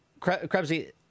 Krebsy